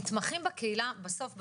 מתמחים בקהילה בסוף בסוף,